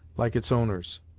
like its owners.